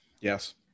Yes